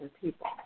people